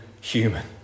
human